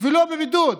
ולא בבידוד.